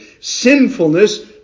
sinfulness